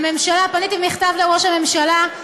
פניתי במכתב לראש הממשלה,